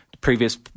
previous